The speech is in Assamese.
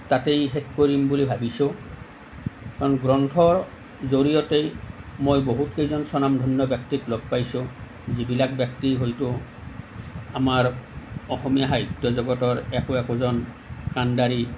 তাতেই শেষ কৰিম বুলি ভাবিছোঁ কাৰণ গ্ৰন্থৰ জৰিয়তে মই বহুত কেইজন স্বনামধন্য় ব্য়ক্তিক লগ পাইছোঁ যিবিলাক ব্য়ক্তিক হয়তো আমাৰ অসমীয়া সাহিত্য় জগতৰ একো একোজন কাণ্ডাৰী